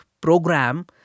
program